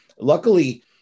Luckily